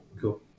Cool